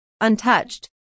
untouched